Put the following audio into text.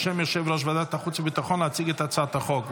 בשם יושב-ראש ועדת החוץ והביטחון להציג את הצעת החוק.